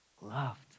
Loved